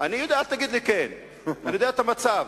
אני יודע, אל תגיד לי "כן", אני יודע את המצב.